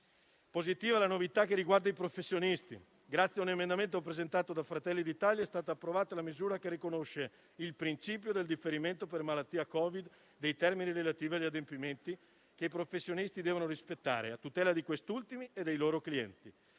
Positiva è la novità che riguarda i professionisti. Grazie a un emendamento presentato da Fratelli d'Italia, è stata approvata la misura che riconosce il principio del differimento per malattia Covid dei termini relativi agli adempimenti che i professionisti devono rispettare a tutela di questi ultimi e dei loro clienti.